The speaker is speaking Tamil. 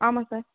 ஆமாம் சார்